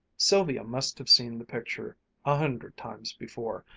sylvia must have seen the picture a hundred times before,